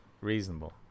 Reasonable